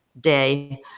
day